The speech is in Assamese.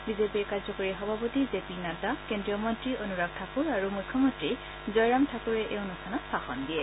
বিজেপিৰ কাৰ্যকৰী সভাপতি জেপি নাড্ডা কেন্দ্ৰীয় মন্ত্ৰী অনুৰাগ ঠাকুৰ আৰু মুখ্যমন্ত্ৰী জয়ৰাম ঠাকুৰেও অনুষ্ঠানত ভাষণ দিয়ে